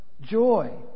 joy